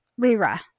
Rira